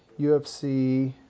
UFC